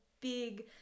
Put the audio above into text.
big